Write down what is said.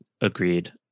agreed